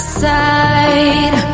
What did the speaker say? side